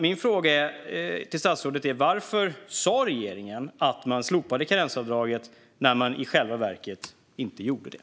Min fråga till statsrådet är: Varför sa regeringen att man slopade karensavdraget när man i själva verket inte gjorde det?